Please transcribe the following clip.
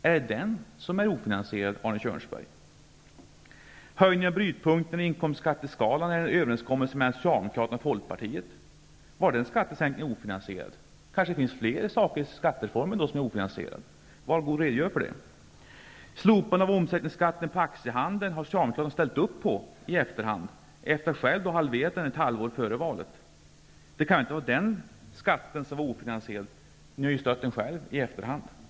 Är det den åtgärden som är ofinansierad, Arne När det gäller höjningen av brytpunkten i inkomstskatteskalan är det fråga om en överenskommelse mellan Socialdemokraterna och Folkpartiet. Var den skattesänkningen ofinansierad? Kanske finns det fler saker beträffande skattereformen som är ofinansierade. Var god och redogör för hur det förhåller sig! Slopandet av omsättningsskatten på aktiehandeln har Socialdemokraterna i efterhand ställt upp på, dvs. efter att själva ha halverat den ett halvår före valet. Det kan väl inte vara den skatten som var ofinansierad. Ni har ju själva i efterhand stött den.